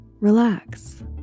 relax